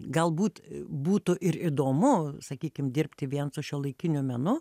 galbūt būtų ir įdomu sakykim dirbti vien su šiuolaikiniu menu